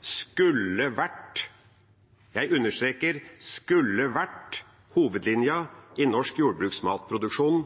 skulle vært – jeg understreker, skulle vært – hovedlinja i norsk jordbruksmatproduksjon,